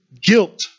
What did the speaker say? guilt